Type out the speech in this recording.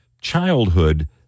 childhood